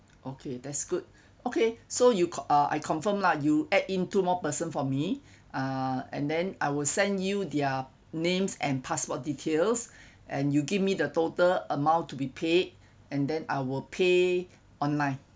okay that's good okay so you uh I confirm lah you add in two more person for me uh and then I will send you their names and passport details and you give me the total amount to be paid and then I will pay online